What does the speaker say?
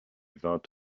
vint